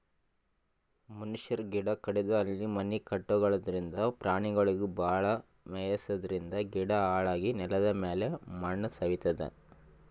ಮನಶ್ಯಾರ್ ಗಿಡ ಕಡದು ಅಲ್ಲಿ ಮನಿ ಕಟಗೊಳದ್ರಿಂದ, ಪ್ರಾಣಿಗೊಳಿಗ್ ಭಾಳ್ ಮೆಯ್ಸಾದ್ರಿನ್ದ ಗಿಡ ಹಾಳಾಗಿ ನೆಲದಮ್ಯಾಲ್ ಮಣ್ಣ್ ಸವಿತದ್